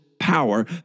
Power